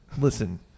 listen